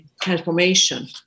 transformation